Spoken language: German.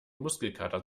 muskelkater